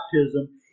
baptism